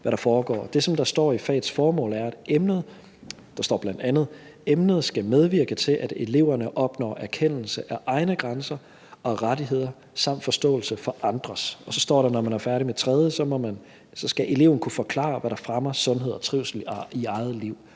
Det, som der står i fagets formål, er bl.a., at emnet skal medvirke til, at eleverne opnår erkendelse af egne grænser og rettigheder samt forståelse for andres. Og så står der, at når man er færdig med 3. klasse, skal eleven kunne forklare, hvad der fremmer sundhed og trivsel i eget liv.